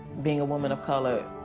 being a woman of color,